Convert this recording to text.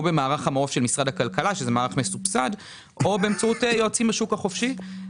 במערך המעוף של משרד הכלכלה שהוא מערך מסובסד או ביועצים מהשוק החופשי.